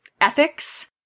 Ethics